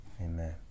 amen